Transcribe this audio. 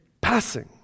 passing